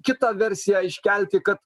kitą versiją iškelti kad